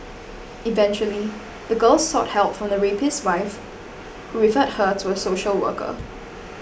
eventually the girl sought help from the rapist's wife who referred her to a social worker